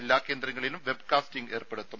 എല്ലാ കേന്ദ്രങ്ങളിലും വെബ്കാസ്റ്റിംഗ് ഏർപ്പെടുത്തും